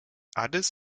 addis